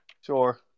Sure